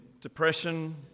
depression